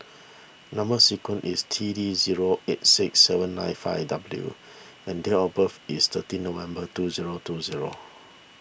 Number Sequence is T D zero eight six seven nine five W and date of birth is thirty November two zero two zero